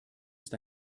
ist